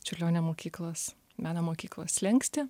čiurlionio mokyklos meno mokyklos slenkstį